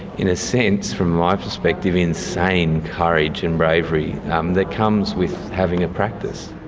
in a sense, from my perspective, insane courage and bravery um that comes with having a practice,